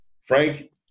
Frank